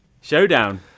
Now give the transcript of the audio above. Showdown